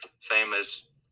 famous